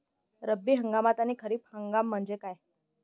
रब्बी हंगाम आणि खरीप हंगाम म्हणजे काय?